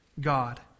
God